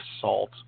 salt